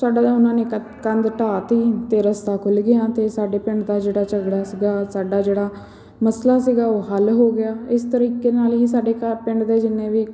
ਸਾਡਾ ਉਹਨਾਂ ਨੇ ਕ ਕੰਧ ਢਾਹ ਤੀ ਅਤੇ ਰਸਤਾ ਖੁੱਲ੍ਹ ਗਿਆ ਅਤੇ ਸਾਡੇ ਪਿੰਡ ਦਾ ਜਿਹੜਾ ਝਗੜਾ ਸੀਗਾ ਸਾਡਾ ਜਿਹੜਾ ਮਸਲਾ ਸੀਗਾ ਉਹ ਹੱਲ ਹੋ ਗਿਆ ਇਸ ਤਰੀਕੇ ਨਾਲ ਹੀ ਸਾਡੇ ਘਰ ਪਿੰਡ ਦੇ ਜਿੰਨੇ ਵੀ